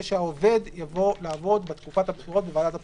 שהעובד יבוא לעבוד בתקופת הבחירות בוועדת הבחירות.